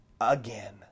again